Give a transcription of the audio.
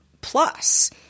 plus